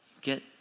Get